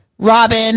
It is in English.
Robin